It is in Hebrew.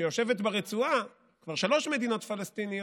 שיושבת ברצועה, כבר שלוש מדינות פלסטיניות,